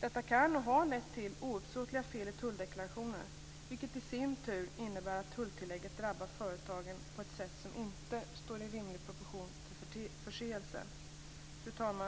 Detta kan och har lett till ouppsåtliga fel i tulldeklarationer, vilket i sin tur innebär att tulltillägget drabbar företagen på ett sätt som inte står i rimlig proportion till förseelsen. Fru talman!